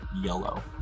yellow